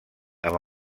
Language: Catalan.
amb